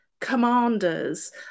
commanders